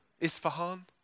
Isfahan